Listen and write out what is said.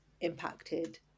impacted